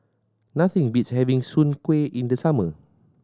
nothing beats having Soon Kuih in the summer